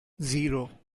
zero